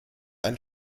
ein